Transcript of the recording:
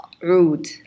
rude